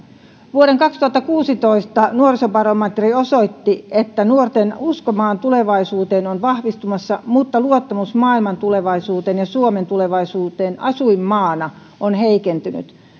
vuoden kaksituhattakuusitoista nuorisobarometri osoitti että nuorten usko maan tulevaisuuteen on vahvistumassa mutta luottamus maailman tulevaisuuteen ja suomen tulevaisuuteen asuinmaana on heikentynyt